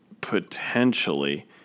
potentially